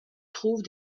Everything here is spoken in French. trouve